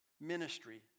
ministry